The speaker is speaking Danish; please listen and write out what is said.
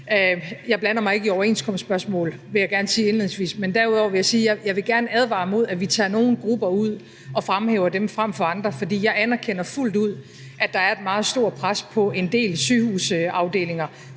Jeg blander mig ikke i overenskomstspørgsmål, vil jeg gerne sige indledningsvis, og derudover vil jeg sige, at jeg gerne vil advare imod, at vi tager nogle grupper ud og fremhæver dem frem for andre. For jeg anerkender fuldt ud, at der er et meget stort pres på en del sygehusafdelinger,